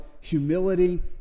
humility